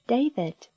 David